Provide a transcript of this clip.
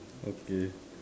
okay